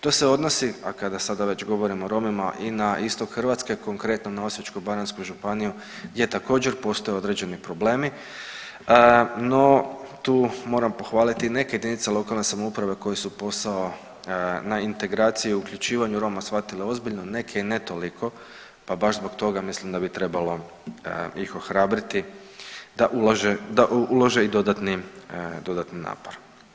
To se odnosi, a kada sada već govorimo o Romima i na istok Hrvatske konkretno na Osječko-baranjsku županiju gdje također postoje određeni problemi, no tu moram pohvaliti neke jedinice lokalne samouprave koje su posao na integraciju i uključivanju Roma shvatile ozbiljno, neke i ne toliko pa baš zbog toga mislim da bi trebalo ih ohrabriti da ulože i dodatni napor.